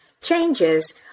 changes